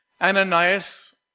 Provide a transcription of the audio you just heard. Ananias